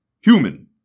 Human